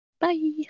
Bye